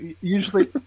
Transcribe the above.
usually